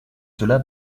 cela